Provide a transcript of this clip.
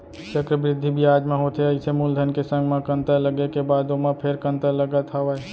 चक्रबृद्धि बियाज म होथे अइसे मूलधन के संग म कंतर लगे के बाद ओमा फेर कंतर लगत हावय